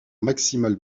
maximal